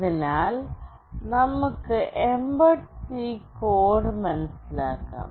അതിനാൽ നമുക്ക് mbed C code മനസിലാക്കാം